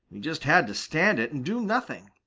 he just had to stand it and do nothing.